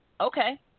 Okay